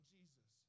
Jesus